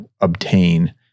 obtain